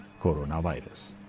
coronavirus